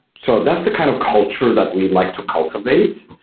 so that's the kind of culture that we like to cultivate,